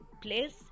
place